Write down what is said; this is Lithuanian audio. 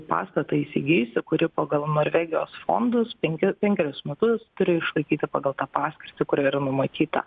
pastatą įsigijusi kuri pagal norvegijos fondus penki penkerius metus turi išlaikyti pagal tą paskirtį kur yra numatyta